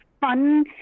fun